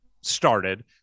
started